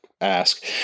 ask